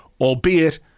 albeit